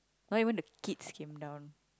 not even the kids came down